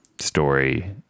story